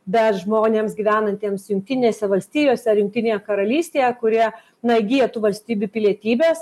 bet žmonėms gyvenantiems jungtinėse valstijose ar jungtinėje karalystėje kurie na įgyjo tų valstybių pilietybes